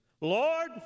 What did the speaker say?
Lord